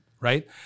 right